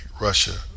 Russia